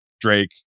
Drake